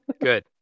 good